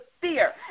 fear